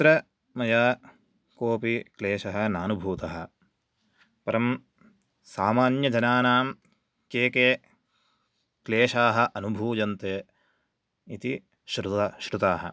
तत्र मया कोऽपि क्लेशः नानुभूतः परं सामान्यजनानां के के क्लेशाः अनुभूयन्ते इति श्रुत श्रुताः तत्र